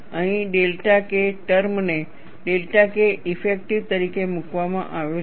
અહીં delta K term ને delta K effective તરીકે મૂકવામાં આવ્યો છે